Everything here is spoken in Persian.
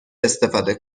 استفاده